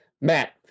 Matt